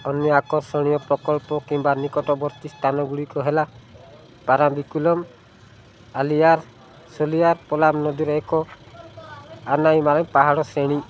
ଅନ୍ୟ ଆକର୍ଷଣୀୟ ପ୍ରକଳ୍ପ କିମ୍ବା ନିକଟବର୍ତ୍ତୀ ସ୍ଥାନଗୁଡ଼ିକ ହେଲା ପାରାମ୍ବିକୁଲମ୍ ଆଲିୟାର୍ ଶୋଲିୟାର୍ ପଲାମ ନଦୀର ଏକ ଆନାଇମାଳି ପାହାଡ଼ ଶ୍ରେଣୀ